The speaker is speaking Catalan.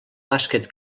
bàsquet